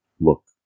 look